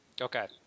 Okay